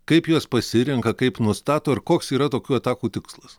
kaip juos pasirenka kaip nustato ir koks yra tokių atakų tikslas